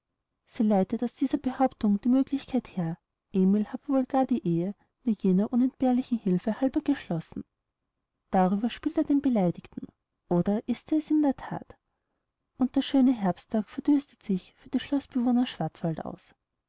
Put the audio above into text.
sie leitet aus dieser behauptung die möglichkeit her emil habe wohl gar die ehe nur jener unentbehrlichen hilfe halber geschlossen darüber spielt er den beleidigten oder ist er es in der that und der schöne herbsttag verdüstert sich für die schloßbewohner